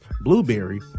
blueberry